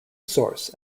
source